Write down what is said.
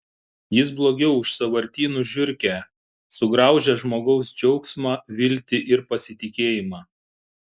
jis blogiau už sąvartynų žiurkę sugraužia žmogaus džiaugsmą viltį ir pasitikėjimą